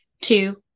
two